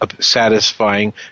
satisfying